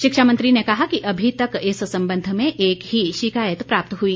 शिक्षामंत्री ने कहा कि अभी तक इस संबंध में एक ही शिकायत प्राप्त हुई